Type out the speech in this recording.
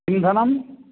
इन्धनं